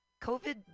COVID